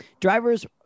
Drivers